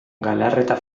galarreta